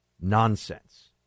nonsense